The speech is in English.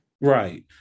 right